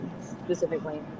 Specifically